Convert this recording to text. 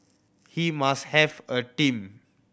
he must have a team